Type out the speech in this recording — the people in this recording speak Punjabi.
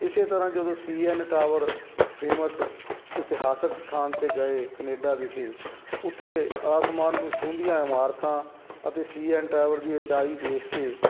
ਇਸੇ ਤਰ੍ਹਾਂ ਜਦੋਂ ਸੀ ਐੱਨ ਟਾਵਰ ਫੇਮਸ ਇਤਿਹਾਸਕ ਸਥਾਨ 'ਤੇ ਗਏ ਕਨੇਡਾ ਵਿਖੇ ਉੱਥੇ ਆਸਮਾਨ ਨੂੰ ਛੂੰਹਦੀਆਂ ਇਮਾਰਤਾਂ ਅਤੇ ਸੀ ਐੱਨ ਟਾਵਰ ਦੀ ਉਚਾਈ ਦੇਖ ਕੇ